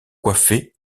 coiffées